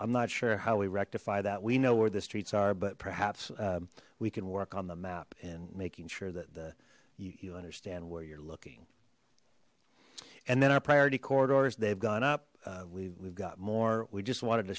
i'm not sure how we rectify that we know where the streets are but perhaps we can work on the map and making sure that the you understand where you're looking and then our priority corridors they've gone up we've got more we just wanted to